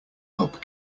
help